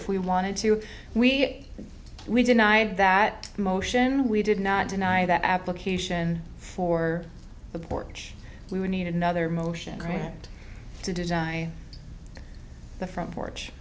if we wanted to we we deny that motion we did not deny that application for the board which we would need another motion grant to design the front porch